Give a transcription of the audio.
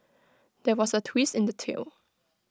there was A twist in the tale